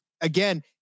again